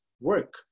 work